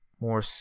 more